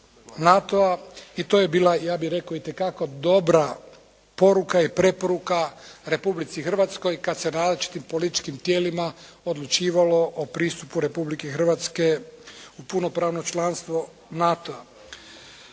i to je bila ja bih rekao itekako dobra poruka i preporuka Republici Hrvatskoj kada se na različitim političkim tijelima odlučivalo o pristupu Republike Hrvatske u punopravno članstvo NATO-a.